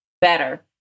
better